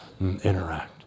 interact